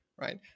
right